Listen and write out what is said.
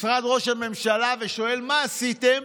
משרד ראש הממשלה ושואל: מה עשיתם?